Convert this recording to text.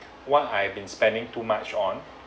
what I've been spending too much on